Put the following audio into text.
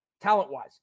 talent-wise